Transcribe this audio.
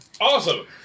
Awesome